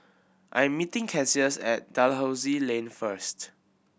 I'm meeting Cassius at Dalhousie Lane first